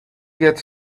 gets